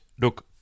look